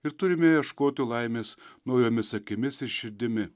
ir turime ieškoti laimės naujomis akimis ir širdimi